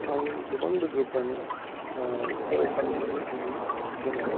आंनि गोबां लोगोफ्रानो फरायसालिमानि डिग्रि गोनां